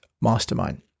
mastermind